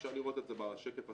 אפשר לראות את זה בשקף השמאלי,